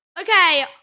Okay